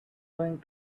going